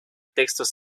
textos